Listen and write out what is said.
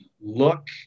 look